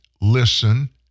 listen